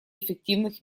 эффективных